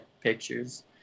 pictures